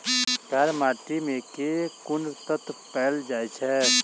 कार्य माटि मे केँ कुन तत्व पैल जाय छै?